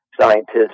scientists